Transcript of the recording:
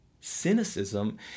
cynicism